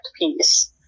piece